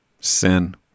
sin